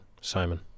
Simon